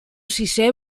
sisè